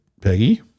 Peggy